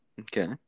Okay